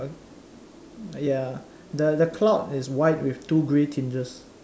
o~ ya the the clock is white with two grey tinges